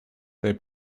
they